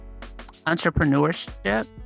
entrepreneurship